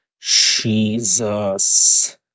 Jesus